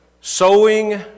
Sowing